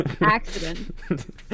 accident